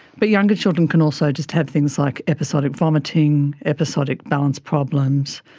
but younger children can also just have things like episodic vomiting, episodic balance problems,